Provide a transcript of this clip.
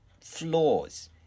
flaws